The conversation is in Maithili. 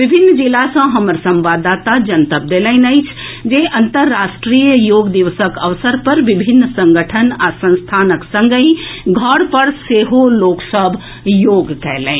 विभिन्न जिला सँ हमर संवाददाता जनतब देलनि अछि जे अंतरराष्ट्रीय योग दिवसक अवसर पर विभिन्न संगठन आ संस्थानक संगहि घर पर सेहो लोक सभ योग कएलनि